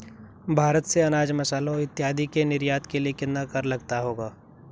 भारत से अनाज, मसालों इत्यादि के निर्यात के लिए कितना कर लगता होगा?